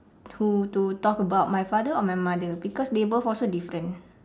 to to talk about my father or my mother because they both also different